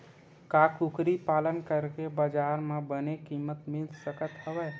का कुकरी पालन करके बजार म बने किमत मिल सकत हवय?